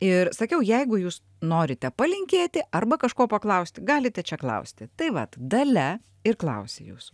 ir sakiau jeigu jūs norite palinkėti arba kažko paklausti galite čia klausti tai vat dalia ir klausia jūsų